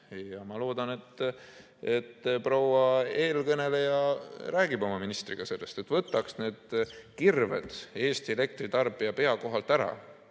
Ma loodan, et proua eelkõneleja räägib oma ministriga sellest, et võtaks need kirved Eesti elektritarbija pea kohalt ära.